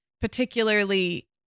particularly